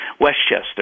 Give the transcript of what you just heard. Westchester